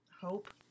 hope